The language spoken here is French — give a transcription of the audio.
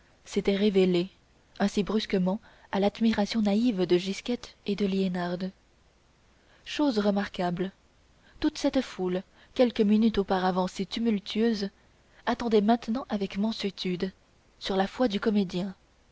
s'était révélé ainsi brusquement à l'admiration naïve de gisquette et de liénarde chose remarquable toute cette foule quelques minutes auparavant si tumultueuse attendait maintenant avec mansuétude sur la foi du comédien